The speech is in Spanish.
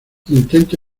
intento